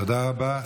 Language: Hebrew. תודה רבה.